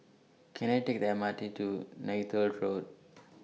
Can I Take The M R T to Neythal Road